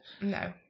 No